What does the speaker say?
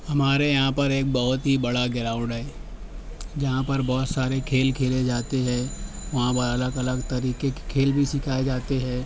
ہمارے یہاں پر ایک بہت ہی بڑا گراؤنڈ ہے جہاں پر بہت سارے کھیل کھیلے جاتے ہے وہاں پر الگ الگ طریقے کے کھیل بھی سکھائے جاتے ہے